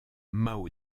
mao